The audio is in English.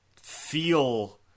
feel